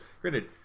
Granted